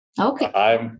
Okay